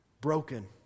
broken